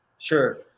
Sure